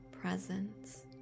presence